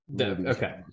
Okay